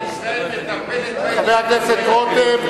ממשלת ישראל מטפלת בעניין, חבר הכנסת רותם,